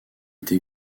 été